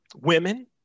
women